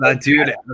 dude